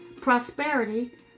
prosperity